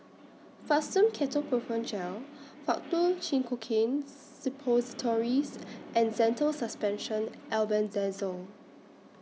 Fastum Ketoprofen Gel Faktu Cinchocaine Suppositories and Zental Suspension Albendazole